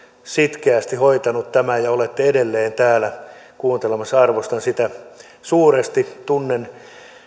sitkeästi hoitaneet tämän ja olette edelleen täällä kuuntelemassa arvostan sitä suuresti tunnen